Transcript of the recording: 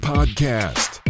Podcast